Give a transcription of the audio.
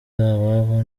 ababo